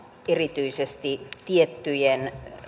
erityisesti tiettyjen